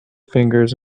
fingers